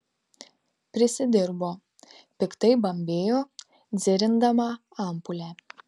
prisidirbo piktai bambėjo dzirindama ampulę